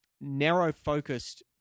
narrow-focused